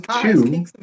two